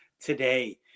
today